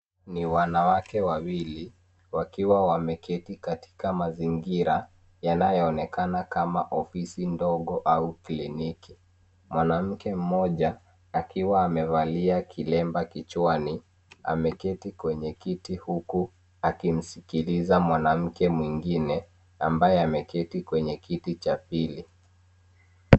Ni wanawake wawili, wakiwa wameketi katika mazingira yanayoonekana kama ofisi ndogo au kliniki. Mwanamke mmoja, akiwa amevalia kilemba kichwani, ameketi kwenye kiti huku akimsikiliza mwanamke mwingine ambaye ameketi kwenye kiti cha pili.